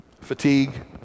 Fatigue